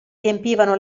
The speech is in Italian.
riempivano